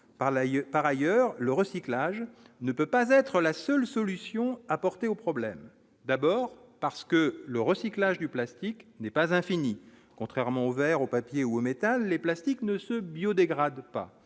par ailleurs, le recyclage ne peut pas être la seule solution apportée au problème, d'abord parce que le recyclage du plastique n'est pas infinie, contrairement aux Verts, au papier ou métal et plastique ne se biodégradable pas